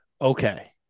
Okay